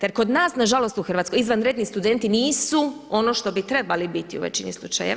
Jer kod nas na žalost u Hrvatskoj izvanredni studenti nisu ono što bi trebali biti u većini slučajeva.